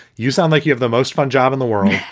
you sound like you have the most fun job in the world.